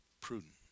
Prudent